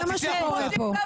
זה מה שקורה כאן.